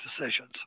decisions